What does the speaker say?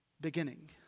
beginning